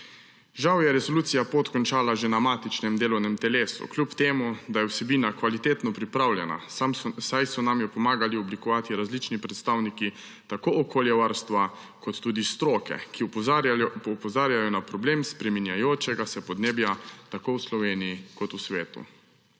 Žal je resolucija pot končala že na matičnem delovnem telesu, čeprav je vsebina kvalitetno pripravljena, saj so nam jo pomagali oblikovati različni predstavniki okoljevarstva in stroke, ki opozarjajo na problem spreminjajočega se podnebja tako v Sloveniji kot v svetu.